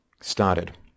started